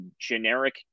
generic